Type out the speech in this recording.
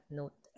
note